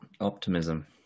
optimism